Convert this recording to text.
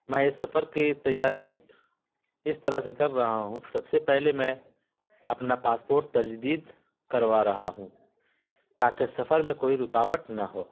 میں اس سفر کی تیاری اس طرح سے کر رہا ہوں سب سے پہلے میں اپنا پاسپورٹ تجدید کروا رہا ہوں تاکہ سفر میں کوئی رکاوٹ نہ ہو